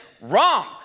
Wrong